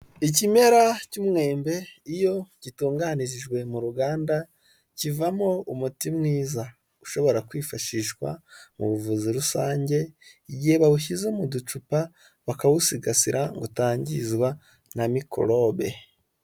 Ikimera cy'umwembe iyo gitunganirijwe mu ruganda kivamo umuti mwiza, ushobora kwifashishwa mu buvuzi rusange igihe bawushyize mu ducupa bakawusigasira ngo atangizwa na mikorobe.